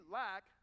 lack